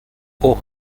اوه